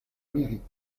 mérite